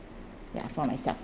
ya for myself